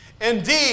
indeed